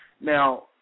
Now